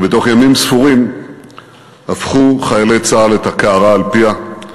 ובתוך ימים ספורים הפכו חיילי צה"ל את הקערה על פיה,